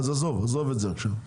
עזוב את זה עכשיו,